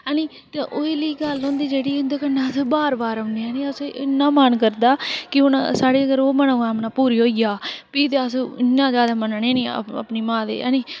ते ओह् नेईं गल्ल होंदी ते अस बार बार औन्ने आं असें गी इन्ना मन करदा की हुन साढ़े मनोकामना पूरी होई जा फ्ही अस इन्ना ज्यादा मन्नने अपनी मां गी